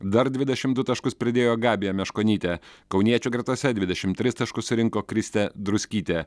dar dvidešim du taškus pridėjo gabija meškonytė kauniečių gretose dvidešim tris taškus surinko kristė druskytė